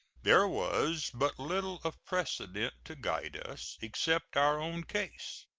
there was but little of precedent to guide us, except our own case.